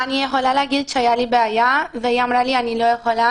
אני יכולה להגיד שהייתה לי בעיה והיא אמרה לי שהיא לא יכולה,